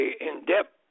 in-depth